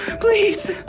please